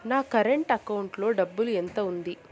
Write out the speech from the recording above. నా current account లో డబ్బులు ఎంత ఉంది?